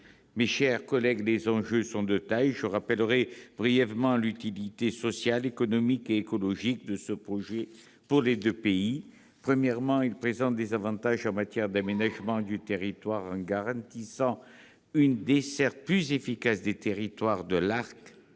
Mes chers collègues, les enjeux sont de taille, et je rappellerai brièvement l'utilité sociale, économique et écologique de ce projet pour nos deux pays. Premièrement, il présente des avantages en matière d'aménagement du territoire en garantissant une desserte plus efficace des territoires de l'arc